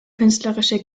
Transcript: künstlerische